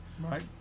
right